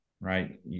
right